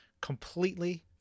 completely